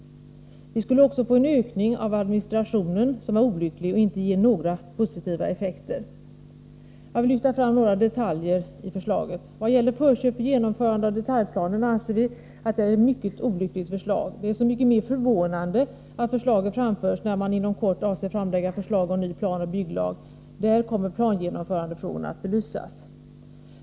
Vi skulle också få en ökning av administrationen som är olycklig och inte ger några positiva effekter. Jag vill ta fram några detaljer i förslaget. Förköp för genomförande av detaljplanen anser vi vara ett mycket olyckligt förslag. Det är så mycket mer förvånande att förslaget framförs när man inom kort avser att framlägga förslag om en ny planoch bygglag. Där kommer plangenomförandefrågorna att belysas.